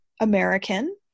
American